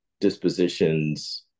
dispositions